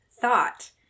thought